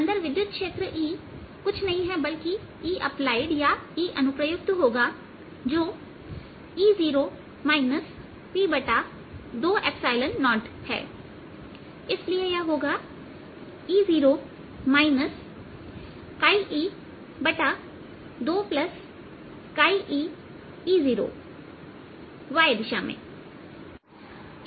अंदर विद्युत क्षेत्र E कुछ नहीं है बल्कि Eअप्लाइड जो होगा E0 P20इसलिए यह होगा E0 e2eE0y दिशा में